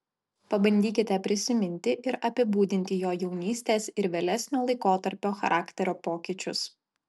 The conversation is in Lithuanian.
pabandykite prisiminti ir apibūdinti jo jaunystės ir vėlesnio laikotarpio charakterio pokyčius